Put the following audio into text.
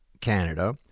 Canada